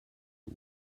but